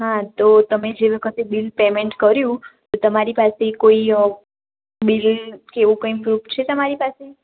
હા તો તમે જે વખતે બીલ પેયમેન્ટ કર્યું તો તમારી પાસે કોઈ અ બીલ કે એવું કઈ પ્રૂફ છે તમારી પાસે